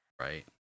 Right